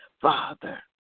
Father